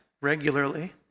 regularly